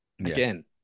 again